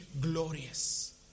glorious